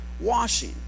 washing